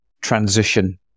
transition